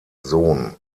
sohn